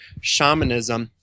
shamanism